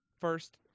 first